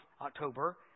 October